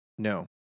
No